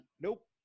nope